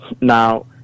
Now